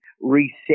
reset